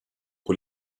pro